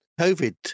covid